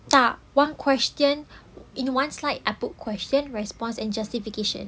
tak one question in one slide I put question response and justification